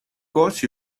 course